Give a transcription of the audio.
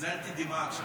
הזלתי דמעה עכשיו.